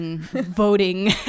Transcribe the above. voting